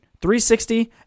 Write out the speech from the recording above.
360